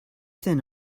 thin